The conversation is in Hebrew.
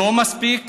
לא מספיק